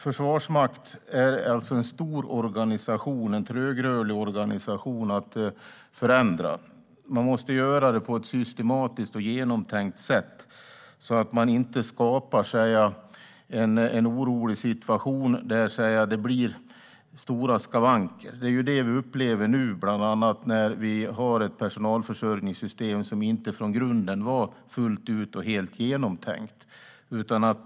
Försvarsmakten är en stor organisation och en trögrörlig organisation att förändra. Man måste göra det på ett systematiskt och genomtänkt sätt så att man inte skapar en orolig situation där det blir stora skavanker. Det är det vi upplever nu. Vi har bland annat ett personalförsörjningssystem som inte från grunden var fullt ut och helt genomtänkt.